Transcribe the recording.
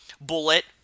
Bullet